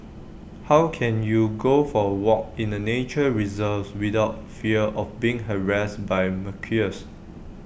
how can you go for A walk in A nature reserve without fear of being harassed by